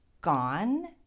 gone